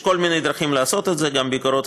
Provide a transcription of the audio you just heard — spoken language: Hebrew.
יש כל מיני דרכים לעשות את זה: גם ביקורות